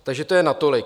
Takže to je natolik.